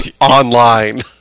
online